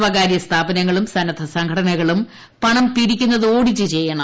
സ്വകാര്യ സ്ഥാപനങ്ങളും സന്നദ്ധ സംഘടനകളും പണം പിരിക്കുന്നത് ഓഡിറ്റ് ചെയ്യണം